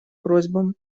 просьбам